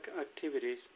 activities